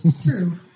True